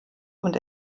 und